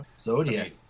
Zodiac